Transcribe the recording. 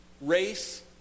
race